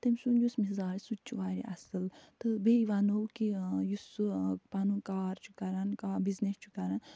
تٔمۍ سُنٛد یُس مِزاج سُہ تہِ چھُ وارِیاہ اَصٕل تہٕ بیٚیہِ وَنو کہِ یُس سُہ پَنُن کار چھُ کَران کانٛہہ بِزنِس چھُ کَران